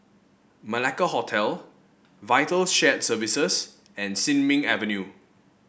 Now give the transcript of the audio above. Malacca Hotel Vital Shared Services and Sin Ming Avenue